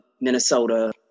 Minnesota